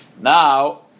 Now